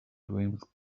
dreams